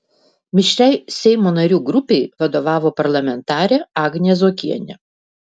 mišriai seimo narių grupei vadovavo parlamentarė agnė zuokienė